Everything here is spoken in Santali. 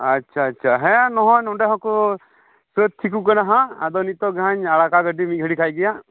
ᱟᱪᱪᱷᱟ ᱟᱪᱪᱷᱟ ᱱᱚᱜᱼᱚᱭ ᱱᱚᱰᱮ ᱦᱚᱸᱠᱚ ᱥᱟᱹᱛ ᱴᱷᱤᱠᱚᱜ ᱠᱟᱱᱟ ᱦᱟᱸᱜ ᱟᱫᱚ ᱱᱤᱛᱚᱜ ᱜᱮ ᱦᱟᱸᱜ ᱟᱲᱟᱜᱟ ᱜᱟᱹᱰᱤ ᱢᱤᱫ ᱜᱷᱟᱹᱲᱤ ᱠᱷᱟᱡ ᱜᱮ ᱦᱟᱸᱜ